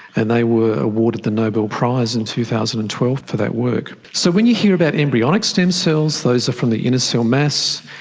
and they were awarded the nobel prize in two thousand and twelve for that work. so when you hear about embryonic stem cells, those are from the inner cell mass,